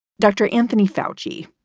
dr. anthony foushee,